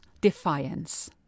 defiance